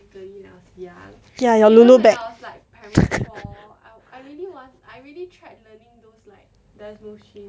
ya your Lulu bag